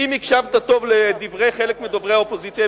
אם הקשבת טוב לדברי חלק מדוברי האופוזיציה,